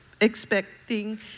expecting